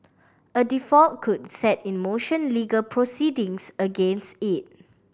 a default could set in motion legal proceedings against it